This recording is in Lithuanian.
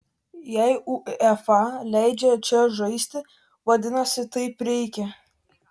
jei uefa leidžia čia žaisti vadinasi taip reikia